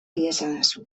iezadazu